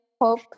hope